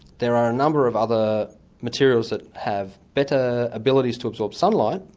there are a number of other materials that have better abilities to absorb sunlight,